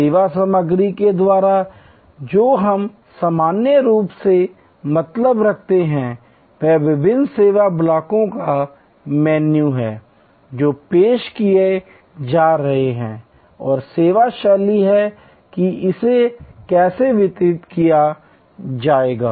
सेवा सामग्री के द्वारा जो हम सामान्य रूप से मतलब रखते हैं वह विभिन्न सेवा ब्लॉकों का मेनू है जो पेश किए जा रहे हैं और सेवा शैली है कि इसे कैसे वितरित किया जाएगा